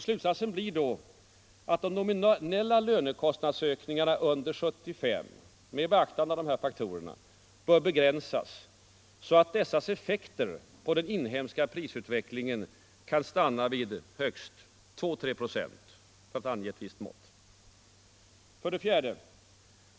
Slutsatsen blir att de nominella lönekostnadsökningarna under 1975 med beaktande av de här faktorerna bör begränsas, så att deras effekter på den inhemska prisutvecklingen kan stanna vid högst 2 å 3 procent, för att ange ett visst mått. 4.